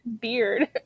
beard